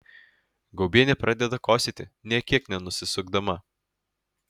gaubienė pradeda kosėti nė kiek nenusisukdama